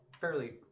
fairly